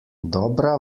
dobra